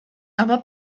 aber